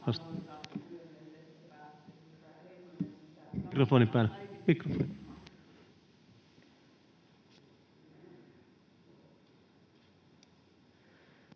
Mikrofoni päälle.